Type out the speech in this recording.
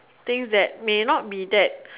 things that may not be that